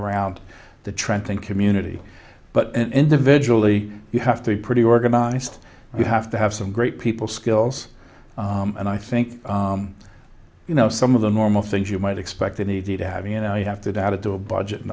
around the trenton community but individually you have to be pretty organized and you have to have some great people skills and i think you know some of the normal things you might expect they need to have you know you have to doubt to do a budget and